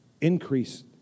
increase